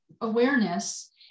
awareness